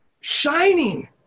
shining